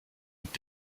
und